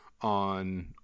on